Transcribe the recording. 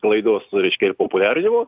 laidos reiškia ir populiarinimo